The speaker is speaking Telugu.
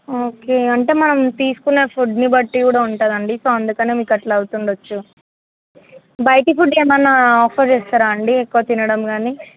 ఓకే అంటే మనం తీసుకున్న ఫుడ్ని బట్టి కూడా ఉంటుంది అండి సో అందుకని మీకు అట్లా అవుతుండవచ్చు బయటి ఫుడ్ ఏమన్న ఆఫర్ చేస్తారా అండి ఎక్కువ తినడం కానీ